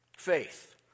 Faith